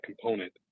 component